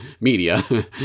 media